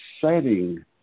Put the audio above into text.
setting